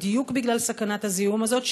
בדיוק בגלל סכנת הזיהום הזאת,